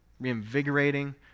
reinvigorating